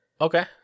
Okay